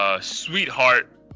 Sweetheart